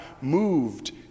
moved